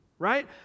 Right